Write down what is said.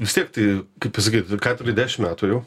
vis tiek tai kaip pasakyt katedrai dešim metų jau